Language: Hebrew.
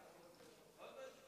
גברתי, עד שלוש